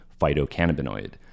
phytocannabinoid